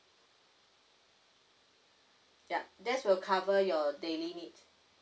ya that's will cover your daily need